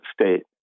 State